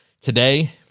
today